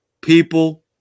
people